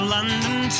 London